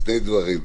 שני דברים.